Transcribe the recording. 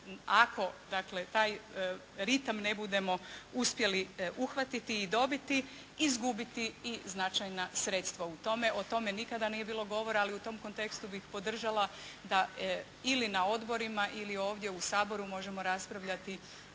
dakle taj ritam ne budemo uspjeli uhvatiti i dobiti, izgubiti i značajna sredstva u tome. O tome nikada nije bilo govora, ali u tom kontekstu bih podržala da ili na odborima ili ovdje u Saboru možemo raspravljati